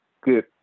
good